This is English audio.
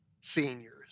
seniors